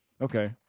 Okay